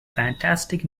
fantastic